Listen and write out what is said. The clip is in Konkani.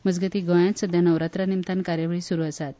मजगतीं गोंयांत सध्या नवरात्रां निमतान कार्यावळी सुरू आसात